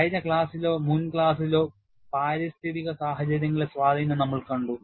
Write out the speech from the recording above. കഴിഞ്ഞ ക്ലാസിലോ മുൻ ക്ലാസിലോ പാരിസ്ഥിതിക സാഹചര്യങ്ങളുടെ സ്വാധീനം നമ്മൾ കണ്ടു